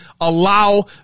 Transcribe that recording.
allow